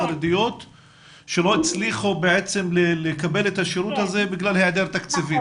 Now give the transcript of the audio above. חרדיות שלא הצליחו בעצם לקבל את השירות הזה בגלל היעדר תקציבים.